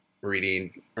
reading